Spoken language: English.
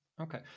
Okay